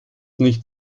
nicht